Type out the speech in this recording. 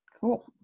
Cool